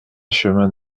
chemin